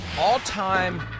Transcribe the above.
All-time